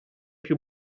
più